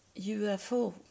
ufo